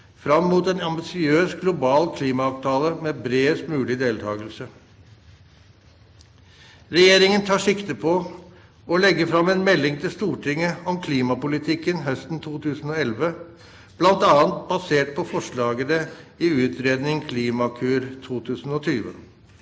fram mot en ambisiøs global klimaavtale med bredest mulig deltakelse. Regjeringen tar sikte på å legge fram en melding til Stortinget om klimapolitikken høsten 2011, bl.a. basert på forslagene i utredningen Klimakur 2020.